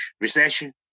Recession